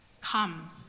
Come